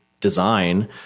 design